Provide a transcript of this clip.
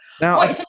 Now